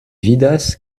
vidas